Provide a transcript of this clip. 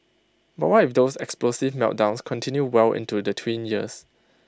but what if those explosive meltdowns continue well into the tween years